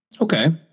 okay